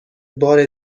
بار